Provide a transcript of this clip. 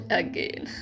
again